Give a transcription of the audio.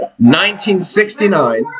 1969